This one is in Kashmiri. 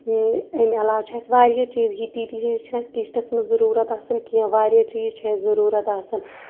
اۭم ایمہِ علاوٕ چھِ اَسہِ واریاہ چیز ییتی ییتی چیز چھِنہٕ اَسہِ کِچنس منٛز ضرورت آسان کینٛہہ واریاہ چیز چھِ اَسہِ ضرورت آسان